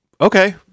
okay